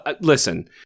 Listen